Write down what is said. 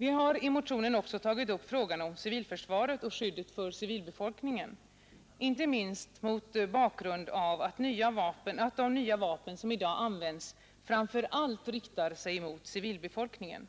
Vi har i motionen också tagit upp frågan om civilförsvaret och skyddet för civilbefolkningen, inte minst mot bakgrund av att de nya vapen som i dag används framför allt riktar sig mot civilbefolkningen.